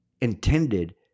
intended